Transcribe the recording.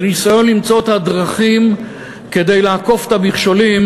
בניסיון למצוא את הדרכים לעקוף את המכשולים,